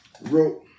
wrote